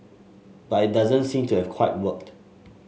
but it doesn't seem to have quite worked